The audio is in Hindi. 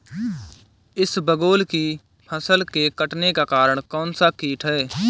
इसबगोल की फसल के कटने का कारण कौनसा कीट है?